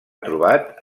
trobat